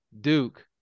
Duke